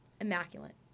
Immaculate